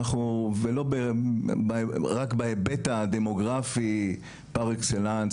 ולא רק בהיבט הדמוגרפי פר-אקסלנס,